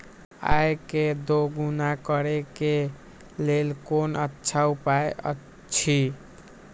आय के दोगुणा करे के लेल कोन अच्छा उपाय अछि?